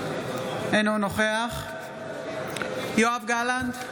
אינו נוכח יואב גלנט,